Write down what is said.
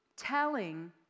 telling